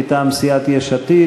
מטעם סיעת יש עתיד,